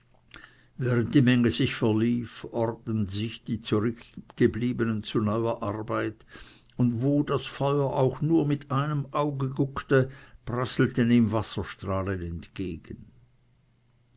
die menge sich verlief ordneten sich die zurückgebliebenen zu neuer arbeit und wo das feuer auch nur mit einem auge guckte prasselten ihm wasserstrahlen entgegen